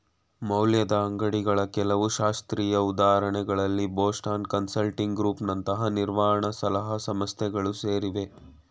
ಮೌಲ್ಯದ ಅಂಗ್ಡಿಗಳ ಕೆಲವು ಶಾಸ್ತ್ರೀಯ ಉದಾಹರಣೆಗಳಲ್ಲಿ ಬೋಸ್ಟನ್ ಕನ್ಸಲ್ಟಿಂಗ್ ಗ್ರೂಪ್ ನಂತಹ ನಿರ್ವಹಣ ಸಲಹಾ ಸಂಸ್ಥೆಗಳು ಸೇರಿವೆ